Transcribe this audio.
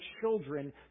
children